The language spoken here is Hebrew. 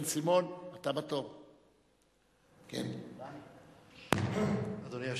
ראשון הדוברים,